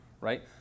right